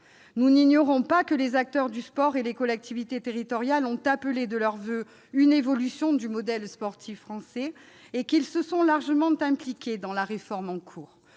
Nous n'ignorons pas que les acteurs du sport et les collectivités territoriales ont appelé de leurs voeux une évolution du modèle sportif français et qu'ils se sont largement impliqués dans la réforme en cours.